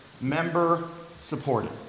member-supported